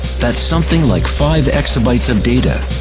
that's something like five exabytes of data.